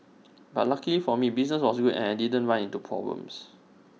but luckily for me business was good and I didn't run into problems